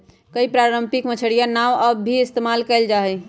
कई पारम्परिक मछियारी नाव अब भी इस्तेमाल कइल जाहई